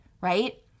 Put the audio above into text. right